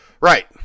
Right